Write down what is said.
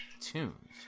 tunes